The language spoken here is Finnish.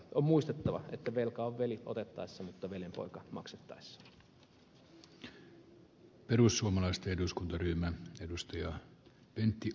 on muistettava että velka on veli otettaessa mutta veljenpoika maksettaessa